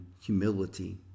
humility